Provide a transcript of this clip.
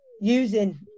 using